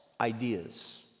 ideas